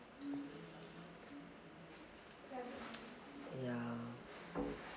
ya